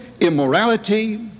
immorality